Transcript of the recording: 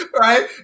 Right